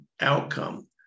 outcome